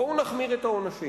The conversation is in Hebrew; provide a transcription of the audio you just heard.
בואו נחמיר את העונשים.